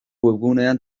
webgunean